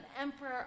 Emperor